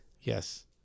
yes